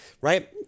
right